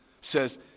says